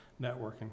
networking